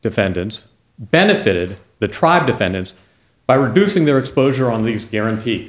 defendants benefited the tribe defendants by reducing their exposure on these guarantee